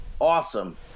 awesome